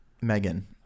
Megan